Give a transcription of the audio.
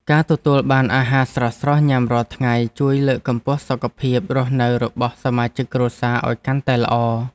ការទទួលបានអាហារស្រស់ៗញ៉ាំរាល់ថ្ងៃជួយលើកកម្ពស់សុខភាពរស់នៅរបស់សមាជិកគ្រួសារឱ្យកាន់តែល្អ។